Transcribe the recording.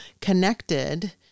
connected